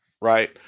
Right